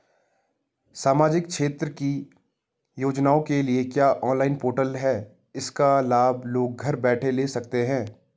सामाजिक क्षेत्र की योजनाओं के लिए क्या कोई ऑनलाइन पोर्टल है इसका लाभ लोग घर बैठे ले सकते हैं?